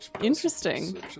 interesting